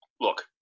Look